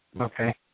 okay